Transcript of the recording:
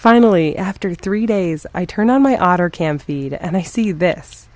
finally after three days i turned on my otter cam feed and i see this